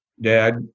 dad